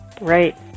Right